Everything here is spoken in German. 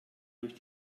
durch